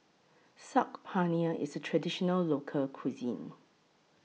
Saag Paneer IS A Traditional Local Cuisine